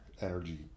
energy